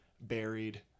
buried